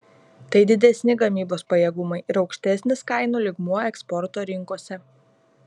tai didesni gamybos pajėgumai ir aukštesnis kainų lygmuo eksporto rinkose